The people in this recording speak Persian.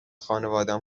خانوادم